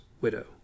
widow